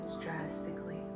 drastically